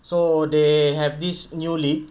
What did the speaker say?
so they have this new league